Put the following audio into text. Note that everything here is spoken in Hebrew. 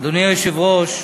אדוני היושב-ראש,